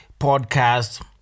podcast